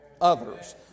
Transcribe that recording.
others